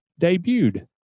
debuted